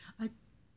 I